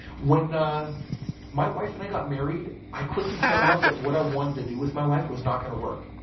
when ah my wife and i got married i quickly found out that what i wanted to do with my life was not going to work.